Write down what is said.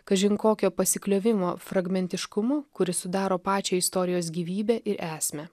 kažin kokio pasikliovimo fragmentiškumu kuris sudaro pačią istorijos gyvybę ir esmę